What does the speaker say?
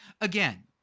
again